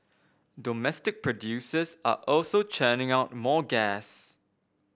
domestic producers are also churning out more gas